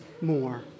more